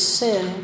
sin